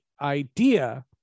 idea